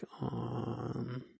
on